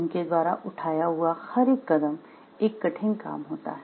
उनके द्वारा उठाया हुआ हर एक कदम एक कठिन काम होता हैं